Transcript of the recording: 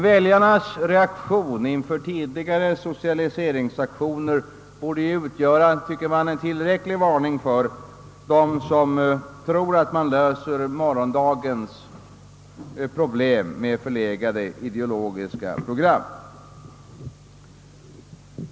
Väljarnas reaktion inför tidigare socialiseringsaktioner borde utgöra en tillräcklig varning åt dem som tror att man löser dagens och morgondagens problem med förlegade ideologiska program.